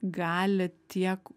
gali tiek